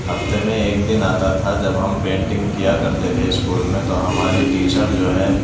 ہفتے میں ایک دن آتا تھا جب ہم پینٹنگ کیا کرتے تھے اسکول میں تو ہماری ٹیچر جو ہے